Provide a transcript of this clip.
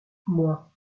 moi